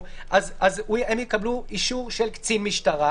אז הם יקבלו אישור של קצין משטרה,